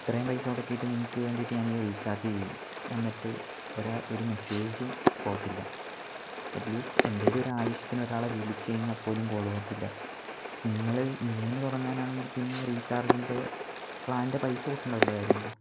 ഇത്രേം പൈസ മുടക്കീട്ട് നിങ്ങൾക്ക് വേണ്ടീട്ട് ഞാനീ റിചാർജ് ചെയ്യും എന്നിട്ട് ഒര ഒരു മെസ്സേജും പോവത്തില്ല അറ്റ്ലീസ്റ്റ് എന്തേലും ഒരു ആവശ്യത്തിന് ഒരാളെ വിളിച്ച് കഴിഞ്ഞാൽ പോലും കോള് പോവത്തില്ല നിങ്ങൾ ഇങ്ങനെ തൊടങ്ങാനാണെങ്കി പിന്നെ റീചാർജിൻ്റെ പ്ലാൻ്റെ പൈസ കൂട്ടേണ്ട വല്ല കാര്യം ഉണ്ടോ